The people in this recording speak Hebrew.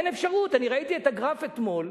ראיתי את הגרף אתמול: